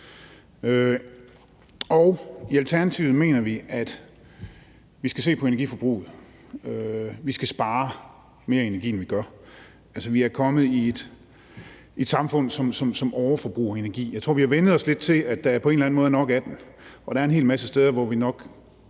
Og i Alternativet mener vi, at vi skal se på energiforbruget; vi skal spare mere energi, end vi gør. Vi er kommet til at være et samfund, som overforbruger energi. Jeg tror, at vi har vænnet os lidt til, at der på en eller anden måde er nok af den, og der er en hel masse steder, hvor vi nok